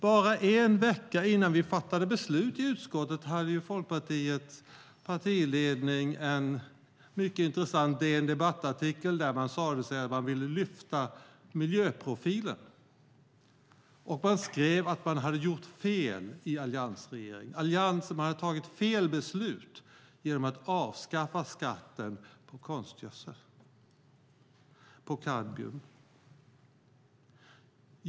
Bara en vecka innan vi fattade beslut i utskottet hade Folkpartiets partiledning en mycket intressant DN Debatt-artikel där man sade att man ville lyfta upp miljöprofilen. Man skrev att alliansregeringen hade gjort fel, att Alliansen hade fattat fel beslut genom att avskaffa skatten på konstgödsel, som innehåller kadmium.